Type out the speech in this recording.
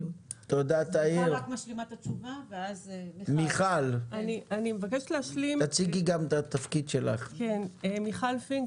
2021. מיכל פינק,